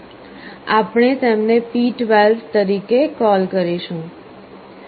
આપણે તેમને P12 તરીકે કોલ કરીશું